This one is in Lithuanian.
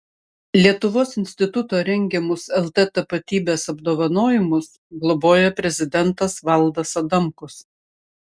lietuvos instituto rengiamus lt tapatybės apdovanojimus globoja prezidentas valdas adamkus